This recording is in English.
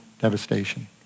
devastation